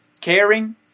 caring